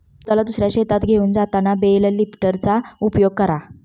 गवताला दुसऱ्या शेतात घेऊन जाताना बेल लिफ्टरचा उपयोग करा